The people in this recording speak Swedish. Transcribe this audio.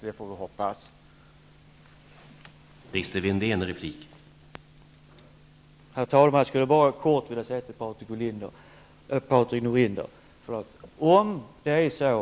Det får vi i alla fall hoppas.